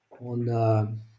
on